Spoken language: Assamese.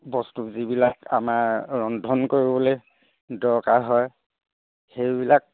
বস্তু যিবিলাক আমাৰ ৰন্ধন কৰিবলৈ দৰকাৰ হয় সেইবিলাক